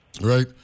right